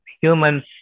human's